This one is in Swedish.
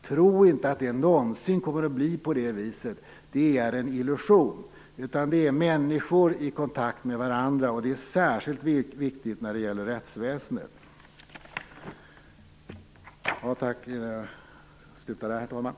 Tro inte att det någonsin kommer att bli på det viset. Det är en illusion. Det är fråga om människor i kontakt med varandra, och det är särskilt viktigt när det gäller rättsväsendet. Jag slutar där, herr talman.